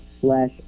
slash